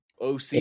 OC